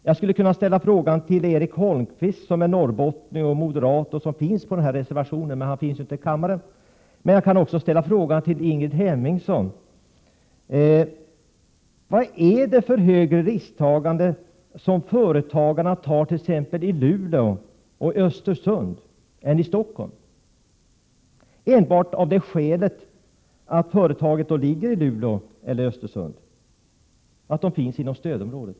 Jag skulle kunna ställa frågan till Erik Holmkvist som är norrbottning och moderat och som står bakom den här reservationen. Men han är inte i kammaren. Jag ställer därför frågan till Ingrid Hemmingsson. Vad är det för större risker som företagarna i t.ex. Luleå och i Östersund tar än företagarna i Stockholm, enbart av det skälet att företaget ligger i Luleå eller i Östersund och ligger inom stödområdet?